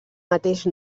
mateix